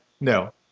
No